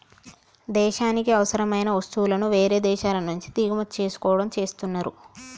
దేశానికి అవసరమైన వస్తువులను వేరే దేశాల నుంచి దిగుమతి చేసుకోవడం చేస్తున్నరు